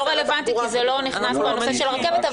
זה לא רלוונטי כי לא נכנס פה הנושא של הרכבת.